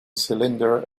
cylinder